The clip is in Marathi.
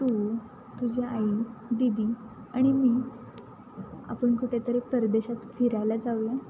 तू तुझी आई दीदी आणि मी आपण कुठेतरी परदेशात फिरायला जाऊया